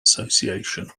association